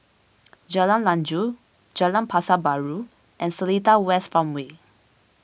Jalan Lanjut Jalan Pasar Baru and Seletar West Farmway